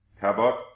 cabot